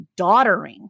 daughtering